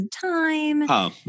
time